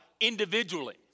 individually